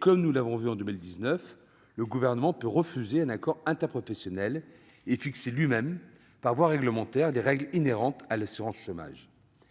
Comme nous l'avons vu en 2019, le Gouvernement peut refuser un accord interprofessionnel et fixer lui-même, par voie réglementaire, les règles inhérentes au système d'assurance chômage.